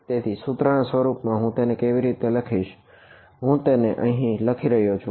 તેથી સૂત્રના સ્વરૂપમાં હું તેને કેવી રીતે લખીશ હવે હું તેને અહીં લખી રહયો છું